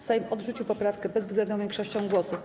Sejm odrzucił poprawkę bezwzględną większością głosów.